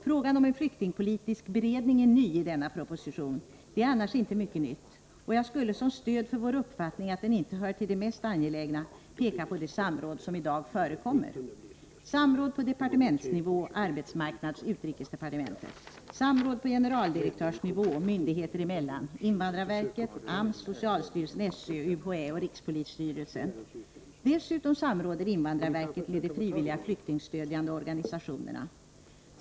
Frågan om en flyktingpolitisk beredning är ny i denna proposition — det är annars inte mycket nytt — och jag skulle som stöd för vår uppfattning att den inte hör till de mest angelägna frågorna vilja peka på det samråd som i dag förekommer. Samråd äger rum på departementsnivå — mellan arbetsmarknadsdepartementet och utrikesdepartementet. Samråd äger också rum på generaldirektörsnivå myndigheter emellan. Det gäller invandrarverket, AMS, socialstyrelsen, SÖ, UHÄ och rikspolisstyrelsen. Dessutom samråder invandrarverket med de frivilliga flyktingstödjande organisationerna.